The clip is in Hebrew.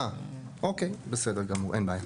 אין בעיה.